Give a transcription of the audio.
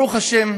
ברוך השם,